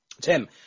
Tim